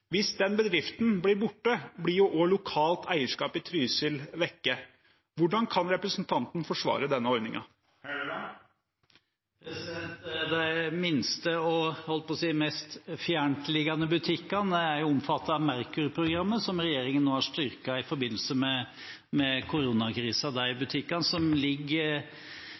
Hvis den bedriften blir borte, blir jo også lokalt eierskap i Trysil vekke. Hvordan kan representanten forsvare denne ordningen? De minste og – jeg holdt på å si – mest fjerntliggende butikkene er jo omfattet av Merkur-programmet, som regjeringen nå har styrket i forbindelse med koronakrisen. De butikkene som ligger